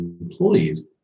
employees